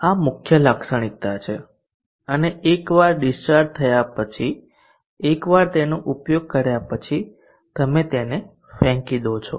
આ મુખ્ય લાક્ષણિકતા છે અને એકવાર ડિસ્ચાર્જ થયા પછી એકવાર તેનો ઉપયોગ કર્યા પછી તમે તેને ફેંકી દો છો